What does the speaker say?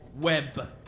web